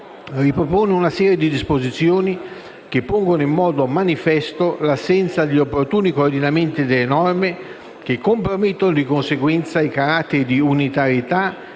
ripropone una serie di disposizioni che pongono in modo manifesto l'assenza degli opportuni coordinamenti delle norme, che compromettono di conseguenza i caratteri di unitarietà